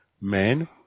men